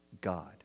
God